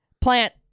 plant